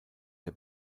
der